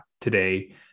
today